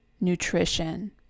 nutrition